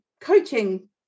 coaching